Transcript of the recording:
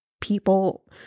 people